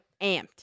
amped